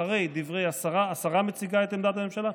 השרה מציגה את עמדת הממשלה.